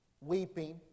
weeping